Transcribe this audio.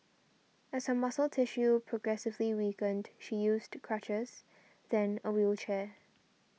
as her muscle tissue progressively weakened she used crutches then a wheelchair